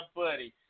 buddy